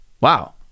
Wow